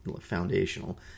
foundational